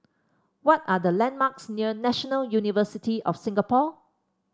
what are the landmarks near National University of Singapore